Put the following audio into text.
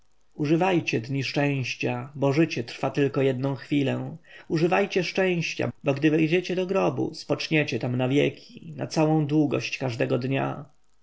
używajcie dni szczęścia bo życie trwa tylko jedną chwilę używajcie szczęścia bo gdy wejdziecie do grobu spoczniecie tam na wieki na całą długość każdego dnia